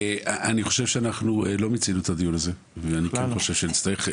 אני חושב שאנחנו לא מיצינו את הדיון הזה ואני כן חושב שנצטרך.